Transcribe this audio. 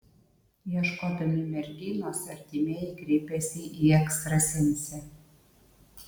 ieškodami merginos artimieji kreipėsi į ekstrasensę